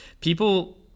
people